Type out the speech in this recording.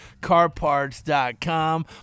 CarParts.com